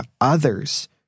others